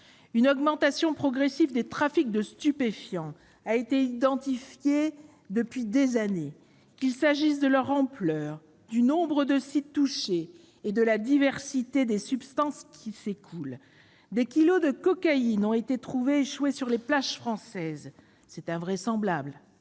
Une augmentation progressive des trafics de stupéfiants est observée depuis des années, qu'il s'agisse de leur ampleur, du nombre de sites touchés ou de la diversité des substances écoulées. Plusieurs kilogrammes de cocaïne ont été trouvés échoués sur les plages françaises : c'est invraisemblable